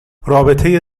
رابطه